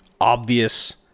obvious